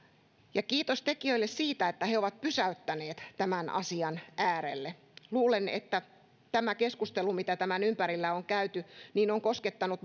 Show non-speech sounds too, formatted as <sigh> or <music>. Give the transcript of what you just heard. kiitos tekijöille siitä että he ovat pysäyttäneet tämän asian äärelle luulen että tämä keskustelu mitä tämän ympärillä on käyty on koskettanut <unintelligible>